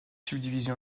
subdivision